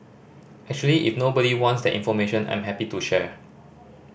actually if nobody wants that information I'm happy to share